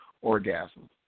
orgasm